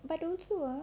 but also ah